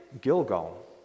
Gilgal